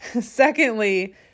Secondly